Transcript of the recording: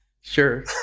Sure